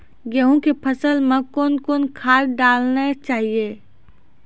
गेहूँ के फसल मे कौन कौन खाद डालने चाहिए?